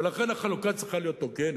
ולכן, החלוקה צריכה להיות הוגנת.